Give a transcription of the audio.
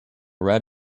red